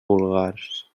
vulgars